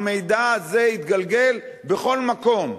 המידע הזה יתגלגל בכל מקום,